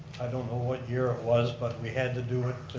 i don't know what year it was, but we had to do it